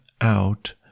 out